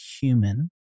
human